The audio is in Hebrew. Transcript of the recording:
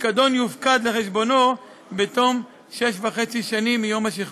הפיקדון יופקד בחשבונו בתום שש שנים וחצי מיום השחרור.